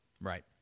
Right